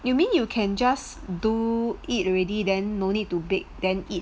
you mean you can just do it already then no need to bake then eat